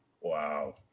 Wow